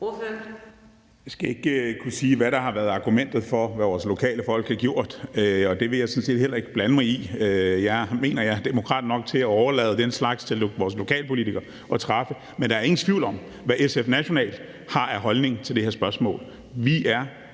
Jeg skal ikke kunne sige, hvad der har været argumentet for, hvad vores lokale folk har gjort, og det vil jeg sådan set heller ikke blande mig i. Jeg mener, jeg er demokrat nok til at overlade den slags beslutninger til vores lokalpolitikere at træffe. Men der er ingen tvivl om, hvad SF nationalt har af holdning til det her spørgsmål. Vi er